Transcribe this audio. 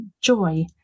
joy